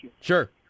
Sure